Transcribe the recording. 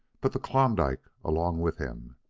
but the klondike along with him.